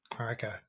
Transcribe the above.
Okay